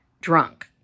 drunk